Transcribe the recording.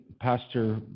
Pastor